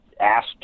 asked